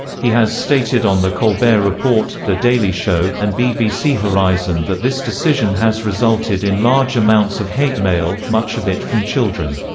he has stated on the colbert report, the daily show, and bbc horizon that this decision has resulted in large amounts of hate mail, much of it from children.